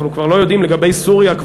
אנחנו כבר לא יודעים לגבי סוריה,